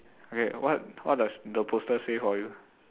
okay what what does the poster say for you